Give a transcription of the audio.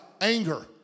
anger